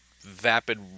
vapid